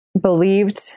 believed